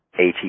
ATP